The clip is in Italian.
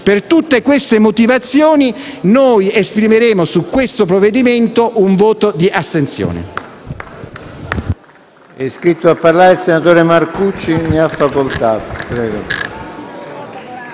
Per tutte queste motivazioni, esprimeremo su questo provvedimento un voto di astensione.